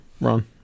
Ron